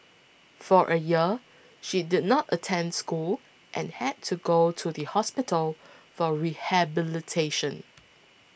for a year she did not attend school and had to go to the hospital for rehabilitation